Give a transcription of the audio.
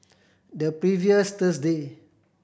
the previous Thursday